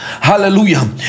Hallelujah